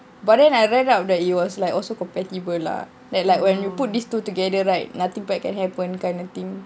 but then I read up that it was like also compatible lah like when you put these two together right nothing bad can happen kind of thing